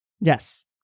Yes